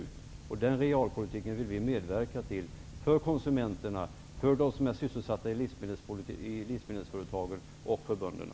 Vi i kds vill medverka till den realpolitiken för konsumenterna, för dem som är sysselsatta i livsmedelsföretagen och för bönderna.